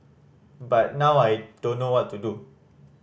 but now I don't know what to do